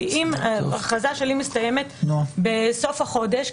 כי אם הכרזה שלי מסתיימת בסוף החודש,